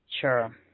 Sure